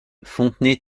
fontenay